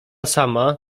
sama